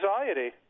anxiety